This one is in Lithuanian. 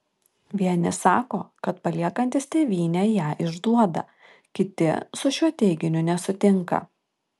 vieni sako kad paliekantys tėvynę ją išduoda kiti su šiuo teiginiu nesutinka